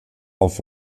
auf